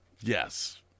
Yes